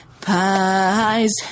pies